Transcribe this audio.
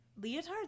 leotards